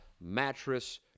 Mattress